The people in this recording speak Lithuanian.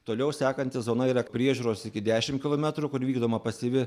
toliau sekanti zona yra priežiūros iki dešim kilometrų kur vykdoma pasyvi